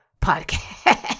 podcast